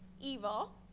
Evil